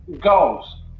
goals